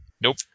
Nope